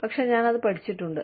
പക്ഷേ ഞാൻ അത് പഠിച്ചിട്ടുണ്ട്